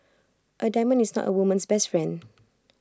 A diamond is not A woman's best friend